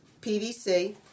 PVC